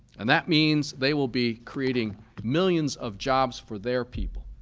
and that means they will be creating millions of jobs for their people.